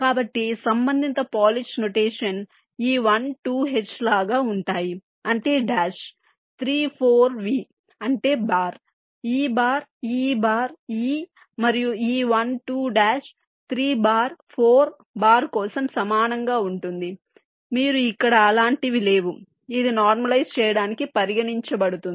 కాబట్టి సంబంధిత Polish notations ఈ 1 2 H లాగా ఉంటాయి అంటే డాష్ 3 4 V అంటే బార్ ఈ బార్ ఈ బార్ ఈ మరియు ఈ 1 2 డాష్ 3 బార్ 4 బార్ కోసం సమానంగా ఉంటుంది మీరు ఇక్కడ చూడవచ్చు వరుసగా రెండు వర్టికల్ నొటేషన్స్ ఉన్నాయి కానీ ఇక్కడ అలాంటివి లేవు ఇది నార్మలైజ్ చేయడానికి పరిగణించబడుతుంది